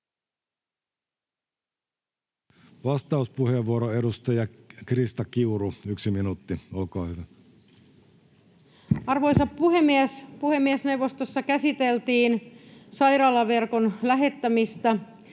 Vastauspuheenvuoro, edustaja Krista Kiuru, yksi minuutti, olkaa hyvä. Arvoisa puhemies! Puhemiesneuvostossa käsiteltiin sairaalaverkon lähettämistä